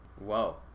Whoa